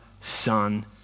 Son